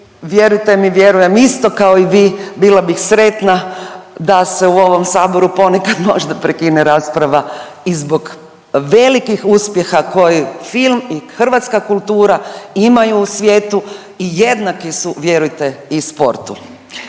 vjerujte mi vjerujem isto kao i vi bila bih sretna da se u ovom Saboru ponekad možda prekine rasprava i zbog velikih uspjeha film i hrvatska kultura imaju u svijetu i jednake su vjerujte i sportu.